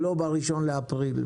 לא ב-1 באפריל.